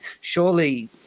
surely